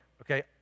okay